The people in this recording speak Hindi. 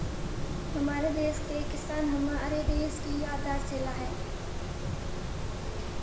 हमारे देश के किसान हमारे देश की आधारशिला है